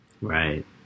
Right